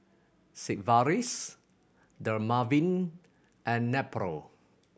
Sigvaris Dermaveen and Nepro